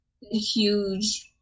huge